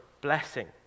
blessing